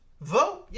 Vote